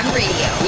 radio